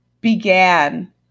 began